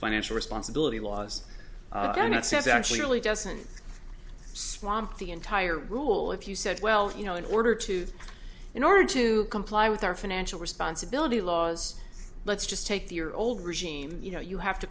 financial responsibility laws that says actually really doesn't swamp the entire rule if you said well you know in order to in order to comply with our financial responsibility laws let's just take the your old regime you know you have to